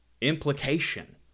implication